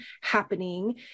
happening